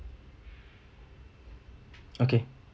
okay